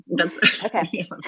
Okay